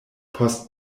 post